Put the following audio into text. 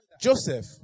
Joseph